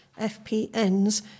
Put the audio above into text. FPNs